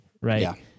right